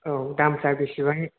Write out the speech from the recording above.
औ दामफ्रा बेसेबां